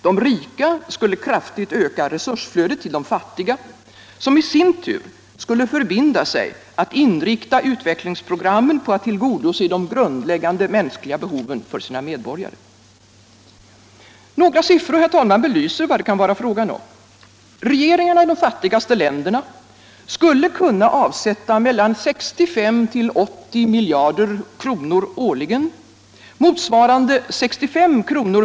De rika skulle kraftigt öka resursflödet till de fattiga, som i sin tur skulle förbinda sig att inrikta utvecklingsprogrammen på att tillgodose de grundläggande mänskliga behoven för sina medborgare. Några siffror belyser vad det kan vara fråga om. Regeringarna i de fattigaste länderna skulle kunna avsätta 65-80 miljarder kronor årligen, motsvarande 65 kr.